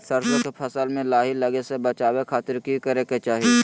सरसों के फसल में लाही लगे से बचावे खातिर की करे के चाही?